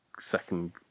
second